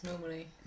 normally